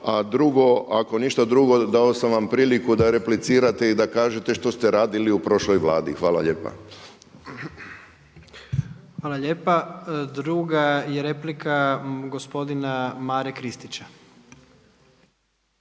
A drugo, ako ništa drugo dao sam vam priliku da replicirate i da kažete što ste radili u prošloj Vladi. Hvala lijepa. **Jandroković, Gordan (HDZ)** Hvala lijepa. Druga je replika gospodina Mare Kristića.